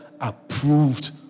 approved